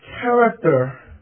Character